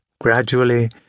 gradually